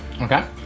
Okay